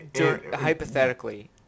Hypothetically